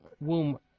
womb